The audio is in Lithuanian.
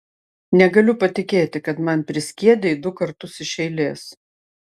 negaliu patikėti kad man priskiedei du kartus iš eilės